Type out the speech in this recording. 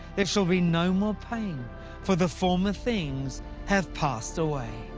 there shall be no more pain for the former things have passed away.